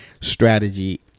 strategy